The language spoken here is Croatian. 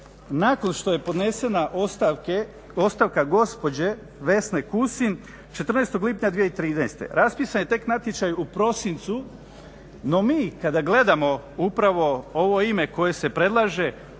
Nakon što je podnesena ostavka gospođe Vesne Kusin 14. lipnja 2013. raspisan je tek natječaj u prosincu, no mi kada gledamo upravo ovo ime koje se predlaže